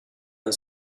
and